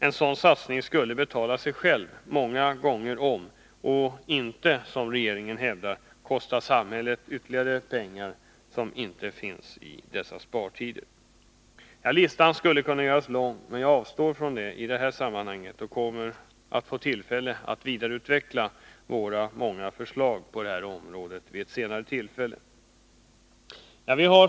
En sådan satsning skulle betala sig själv många gånger om och inte, som regeringen hävdar, kosta samhället pengar som inte finns i dessa spartider. Listan skulle kunna göras lång, men jag avstår från det i detta sammanhang. Jag får tillfälle att vidareutveckla våra många förslag på detta område vid senare tillfälle.